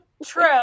True